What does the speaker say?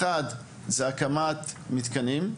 האחד הוא הקמת מתקנים,